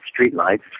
streetlights